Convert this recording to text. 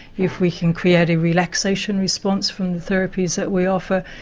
if we can create a relaxation response from the therapies that we offer,